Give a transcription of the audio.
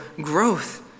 growth